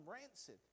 rancid